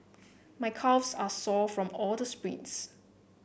my calves are sore from all the sprints